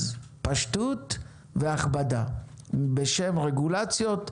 אז יש פה פשטות והכבדה בשם רגולציות,